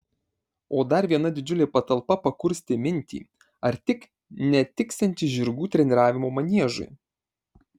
o dar viena didžiulė patalpa pakurstė mintį ar tik netiksianti žirgų treniravimo maniežui